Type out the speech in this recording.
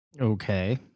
Okay